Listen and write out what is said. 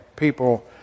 People